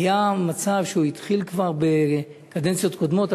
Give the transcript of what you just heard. נהיה מצב שהתחיל כבר בקדנציות קודמות,